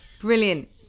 brilliant